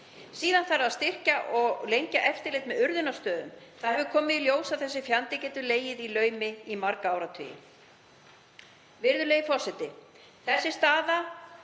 Síðan þarf að styrkja og lengja eftirlit með urðunarstöðum. Í ljós hefur komið að þessi fjandi getur legið í laumi í marga áratugi. Virðulegi forseti. Sú staða